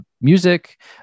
music